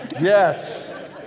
Yes